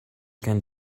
can